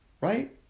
right